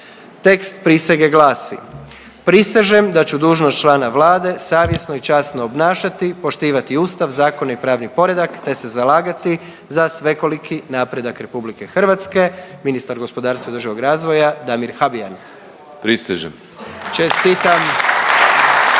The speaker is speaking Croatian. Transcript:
Tekst prisege glasi: Prisežem da ću dužnost člana Vlade savjesno i časno obnašati, poštivati Ustav, zakone i pravni poredak, te se zalagati za svekoliki napredak Republike Hrvatske ministar gospodarstva i održivog razvoja Damir Habijan. **Habijan,